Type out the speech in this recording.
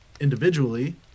individually